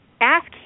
ask